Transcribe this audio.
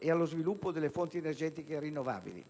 e allo sviluppo delle fonti energetiche rinnovabili.